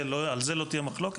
על זה לא תהיה מחלוקת,